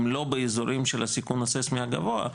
הן לא באזורים של הסיכון הסיסמי הגבוה,